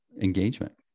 engagement